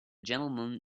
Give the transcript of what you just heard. gentleman